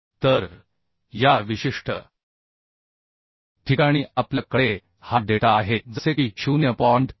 तर या विशिष्ट ठिकाणी आपल्या कडे हा डेटा आहे जसे की 0